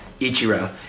Ichiro